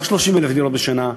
לא 30,000 דירות בשנה,